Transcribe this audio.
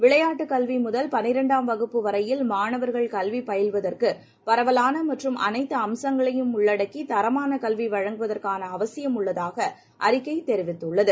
விளையாட்டுகல்விமுதல் பனிரெண்டாம் வகுப்பு வரையில் மாணவர்கள் கல்விபயிலுவதற்குபரவலானமற்றும் அனைத்துஅம்சங்களையும் உள்ளடக்கிதரமானகல்விவழங்குவதற்கானஅவசியம் உள்ளதாகஅறிக்கைதெரிவித்துள்ளத்